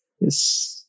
yes